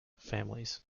families